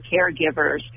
caregivers